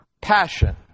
passion